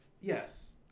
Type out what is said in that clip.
yes